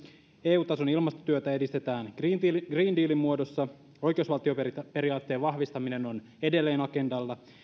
eu tason ilmastotyötä edistetään green dealin dealin muodossa oikeusvaltioperiaatteen vahvistaminen on edelleen agendalla